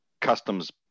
Customs